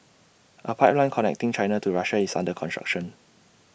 A pipeline connecting China to Russia is under construction